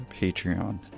Patreon